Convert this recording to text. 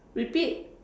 repeat